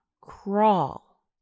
crawl